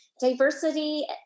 diversity